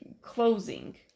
closing